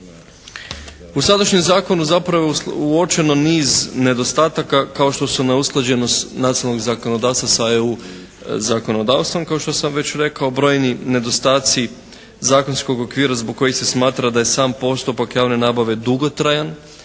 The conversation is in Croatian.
U sadašnjem zakonu zapravo je uočeno niz nedostataka kao što su neusklađenost nacionalnog zakonodavstva sa EU zakonodavstvom. Kao što sam već rekao brojni nedostaci zakonskog okvira zbog kojih se smatra da je sam postupak javne nabave dugotrajan